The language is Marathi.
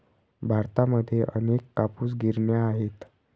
भारतामध्ये अनेक कापूस गिरण्या आहेत